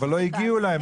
אבל לא הגיעו אליהם,